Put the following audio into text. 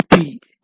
B என்